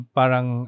parang